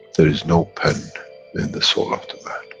there is no pen in the soul of the man.